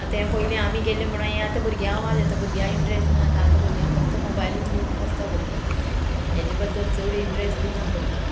आतां तें पयलीं आमी केल्लें म्हणून ही आतां भुरग्यां वाज आतां भुरग्यांक इंट्रेस्ट ना आतां आतां भुरग्यांक फक्त मोबायलूत घेवन बसता भुरगीं हेजे बद्दल चड इंट्रस्ट बी ना भुरग्यांक